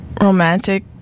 romantic